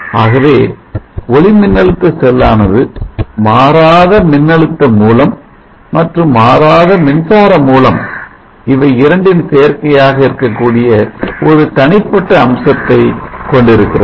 ஆகவே ஒளிமின்னழுத்த செல்லானது மாறாத மின்னழுத்த மூலம் மற்றும் மாறாக மின்சார மூலம் இவை இரண்டின் சேர்க்கையாக இருக்கக்கூடிய ஒரு தனிப்பட்ட அம்சத்தை கொண்டிருக்கிறது